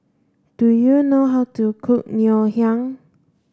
do you know how to cook Ngoh Hiang